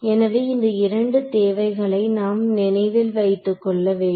எனவே இந்த இரண்டு தேவைகளை நாம் நினைவில் வைத்துக் கொள்ள வேண்டும்